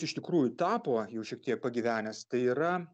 iš tikrųjų tapo jau šiek tiek pagyvenęs tai yra